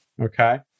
okay